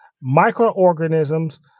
microorganisms